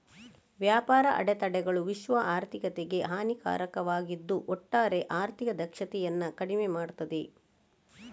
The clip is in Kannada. ವ್ಯಾಪಾರ ಅಡೆತಡೆಗಳು ವಿಶ್ವ ಆರ್ಥಿಕತೆಗೆ ಹಾನಿಕಾರಕವಾಗಿದ್ದು ಒಟ್ಟಾರೆ ಆರ್ಥಿಕ ದಕ್ಷತೆಯನ್ನ ಕಡಿಮೆ ಮಾಡ್ತದೆ